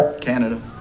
Canada